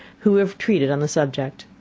who have treated on the subject.